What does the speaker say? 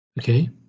Okay